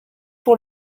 pour